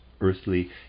earthly